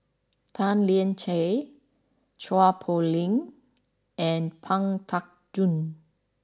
Tan Lian Chye Chua Poh Leng and Pang Teck Joon